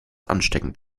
ansteckend